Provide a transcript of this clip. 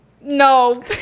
no